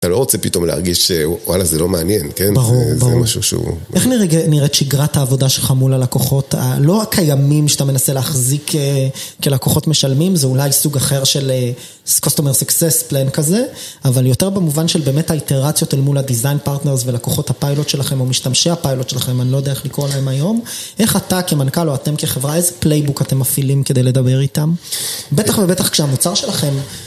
אתה לא רוצה פתאום להרגיש שוואלה, זה לא מעניין, כן? ברור, ברור. זה משהו שהוא... איך נראית שגרת העבודה שלך מול הלקוחות? לא רק הימים שאתה מנסה להחזיק כלקוחות משלמים, זה אולי סוג אחר של customer success plan כזה, אבל יותר במובן של באמת האיתרציות אל מול הדיזיין פרטנרס ולקוחות הפיילוט שלכם או משתמשי הפיילוט שלכם, אני לא יודע איך לקרוא להם היום. איך אתה כמנכ״ל או אתם כחברה, איזה פלייבוק אתם מפעילים כדי לדבר איתם? בטח ובטח כשהמוצר שלכם...